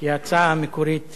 והממשלה לא קיבלה.